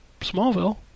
Smallville